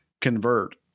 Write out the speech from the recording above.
convert